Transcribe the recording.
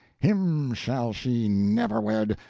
him shall she never wed!